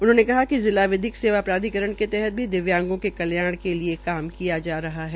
उन्होंने कहा कि जिला विधिक सेवा प्राधिकरण के तहत भी दिव्यांगों के कल्याणार्थ प्रयास किये जा रहे है